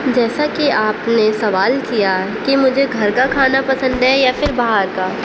جیسا کہ آپ نے سوال کیا ہے کہ مجھے گھر کا کھانا پسند ہے یا پھر باہر کا